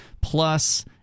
Plus